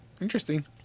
interesting